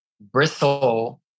bristle